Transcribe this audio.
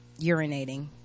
urinating